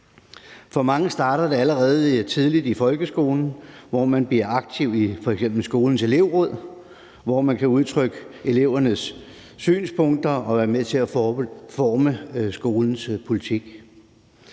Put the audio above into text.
For mange starter det allerede tidligt i folkeskolen, hvor man bliver aktiv i f.eks. skolens elevråd, hvor man kan udtrykke elevernes synspunkter og være med til at forme skolens politik.